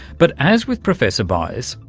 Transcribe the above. but as with professor byers,